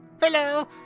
hello